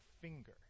finger